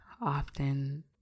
often